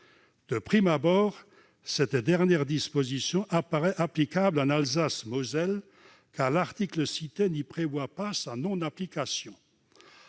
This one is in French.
De prime abord, cette dernière disposition apparaît applicable en Alsace-Moselle, car l'article cité n'y prévoit pas sa non-application.